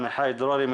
עמיחי דרורי,